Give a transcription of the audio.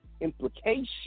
implication